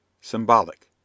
Symbolic